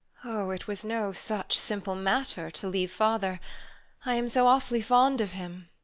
oh, it was no such simple matter to leave father i am so awfully fond of him.